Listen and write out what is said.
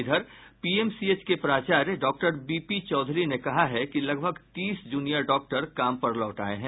इधर पीएमसीएच के प्राचार्य डॉक्टर बीपी चौधरी ने कहा है कि लगभग तीस जूनियर डॉक्टर काम पर लौट आये हैं